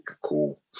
cool